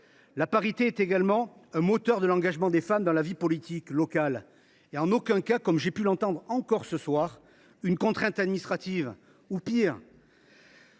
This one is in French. La parité est un moteur de l’engagement des femmes dans la vie politique locale et n’est en aucun cas, comme j’ai pu l’entendre encore ce soir, une contrainte administrative ou, pis,